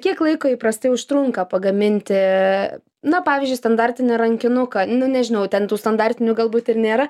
kiek laiko įprastai užtrunka pagaminti na pavyzdžiui standartinį rankinuką nu nežinau ten tų standartinių galbūt ir nėra